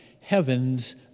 Heaven's